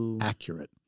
accurate